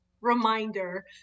reminder